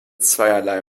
zweierlei